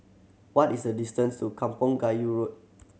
what is the distance to Kampong Kayu Road